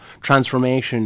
transformation